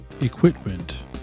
equipment